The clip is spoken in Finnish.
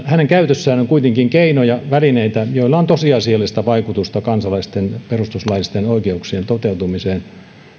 hänen käytössään on kuitenkin keinoja ja välineitä joilla on tosiasiallista vaikutusta kansalaisten perustuslaillisten oikeuksien toteutumiseen